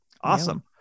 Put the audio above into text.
awesome